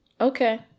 Okay